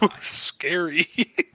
scary